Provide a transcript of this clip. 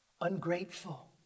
ungrateful